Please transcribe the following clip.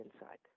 inside